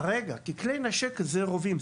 כי כלי נשק זה רובים,